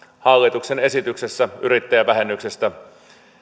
hallituksen esityksessä yrittäjävähennyksestä